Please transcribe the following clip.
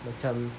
macam